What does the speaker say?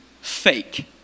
fake